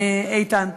איתן?